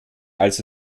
also